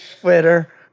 Twitter